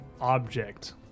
object